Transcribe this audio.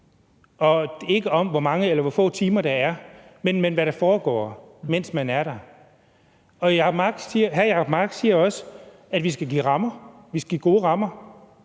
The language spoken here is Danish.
ikke om, hvor mange eller hvor få timer der er, men hvad der foregår, mens man er der. Hr. Jacob Mark siger også, at vi skal give rammer, vi skal give gode rammer,